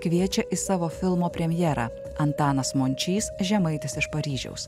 kviečia į savo filmo premjerą antanas mončys žemaitis iš paryžiaus